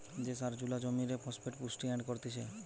যে সার জুলা জমিরে ফসফেট পুষ্টি এড করতিছে